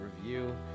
review